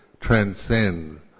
transcend